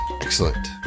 Excellent